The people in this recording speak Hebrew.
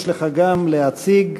יש לך גם להציג: